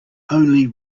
only